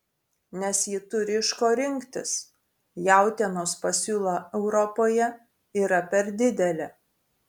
nes ji turi iš ko rinktis jautienos pasiūla europoje yra per didelė